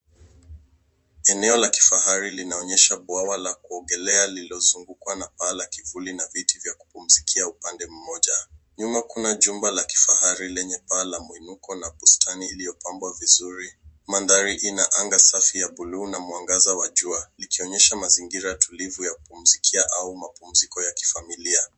Eneo lakifahari linaonyesha bwawa la kuogelea linalozungukwa na paa la kivuli na viti vya kupumzikia upande mmoja. Nyuma kuna jumba la kifahari lenye paa la muinuko uliopambwa vizuri. Mandhari ina anga safi ya buluu na mwangaza wa jua likionyesha mazingira tulivu ya kupumzikia au mapumziko ya kifamilia.